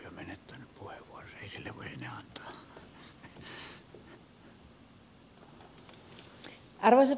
emme ole vain hihihi voi arvoisa puhemies